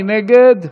מי נגד?